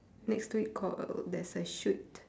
next to it call there's a shoot